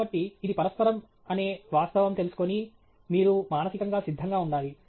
కాబట్టి ఇది పరస్పరం అనే వాస్తవం తెలుసుకొని మీరు మానసికంగా సిద్ధంగా ఉండాలి